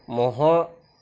মহৰ